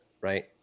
right